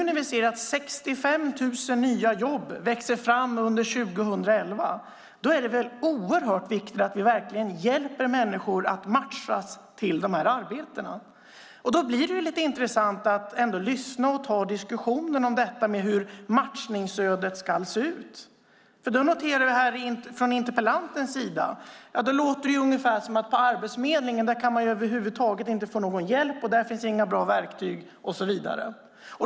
När vi ser att 65 000 nya jobb växer fram under 2011 är det oerhört viktigt att vi verkligen hjälper människor att matchas till de här arbetena. Då blir det lite intressant att lyssna och ta diskussionen om hur matchningsstödet ska se ut. Från interpellantens sida låter det ungefär som att man över huvud taget inte kan få någon hjälp på Arbetsförmedlingen. Där finns inga bra verktyg och så vidare.